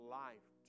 life